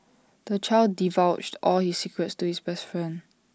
the child divulged all his secrets to his best friend